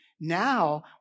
Now